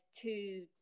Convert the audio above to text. two